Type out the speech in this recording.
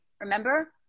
remember